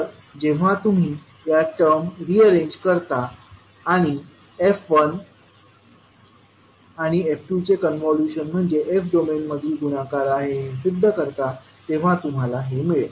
तर जेव्हा तुम्ही या टर्म रिअरेंज करता आणि f1आणि f2चे कॉन्व्होल्यूशन म्हणजे s डोमेन मधील गुणाकार आहे हे सिद्ध करता तेव्हा तुम्हाला हे मिळेल